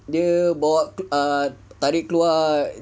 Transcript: dia bawa err tarik keluar